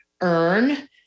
earn